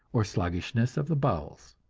or sluggishness of the bowels.